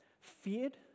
feared